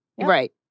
Right